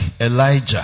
Elijah